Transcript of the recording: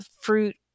fruit